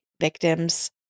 victims